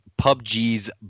PUBG's